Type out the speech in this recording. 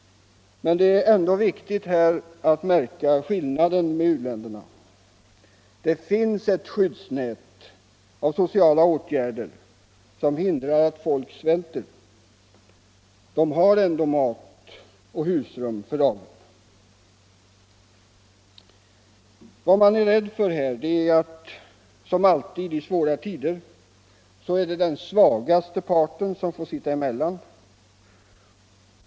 Men det är ändå viktigt att märka skillnaden mot u-länderna. Det finns ett skyddsnät av sociala åtgärder, som hindrar att folk svälter. De har ändå mat och husrum för dagen. Vad man är rädd för är att, som alltid i svåra tider, den svagaste parten får sitta emellan.